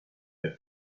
the